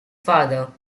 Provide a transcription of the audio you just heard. father